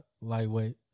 lightweight